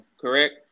correct